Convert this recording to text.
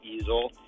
easel